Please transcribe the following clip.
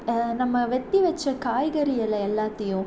நம்ம வெட்டி வச்ச காய்கறிகளை எல்லாத்தையும்